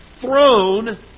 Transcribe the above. throne